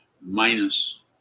minus